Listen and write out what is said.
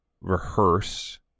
rehearse